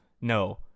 No